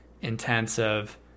intensive